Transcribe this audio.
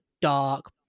dark